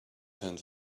hunt